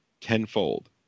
tenfold